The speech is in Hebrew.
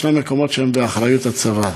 יש מקומות שהם באחריות הצבא.